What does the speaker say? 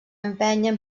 empènyer